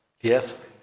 Yes